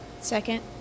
Second